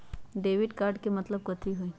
Debit card के मतलब कथी होई?